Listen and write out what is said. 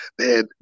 Man